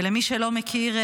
ולמי שלא מכיר,